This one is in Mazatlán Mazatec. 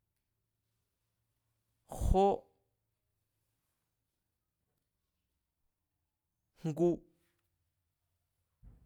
Jó, jngu